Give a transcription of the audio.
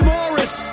Morris